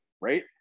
right